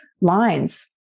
lines